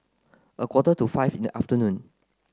a quarter to five in the afternoon